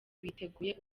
biteguye